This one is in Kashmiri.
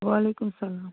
وعلیکُم سلام